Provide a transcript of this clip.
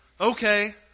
Okay